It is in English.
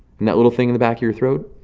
and that little thing in the back of your throat?